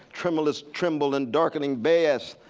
tremulous tremble and darkening bass.